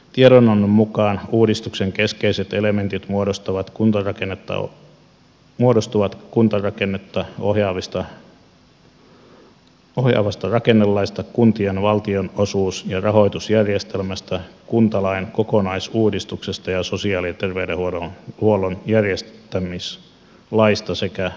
tiedonannon mukaan uudistuksen keskeiset elementit muodostuvat kuntarakennetta ohjaavasta rakennelaista kuntien valtionosuus ja rahoitusjärjestelmästä kuntalain kokonaisuudistuksesta ja sosiaali ja terveydenhuollon järjestämislaista sekä metropoliratkaisusta